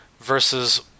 versus